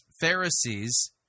Pharisees